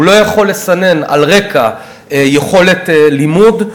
הוא לא יכול לסנן על רקע יכולת לימוד,